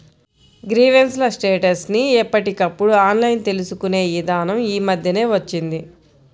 grievance ల status ని ఎప్పటికప్పుడు ఆన్లైన్ తెలుసుకునే ఇదానం యీ మద్దెనే వచ్చింది